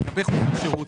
לגבי חוזר השירות.